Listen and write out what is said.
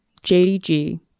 JDG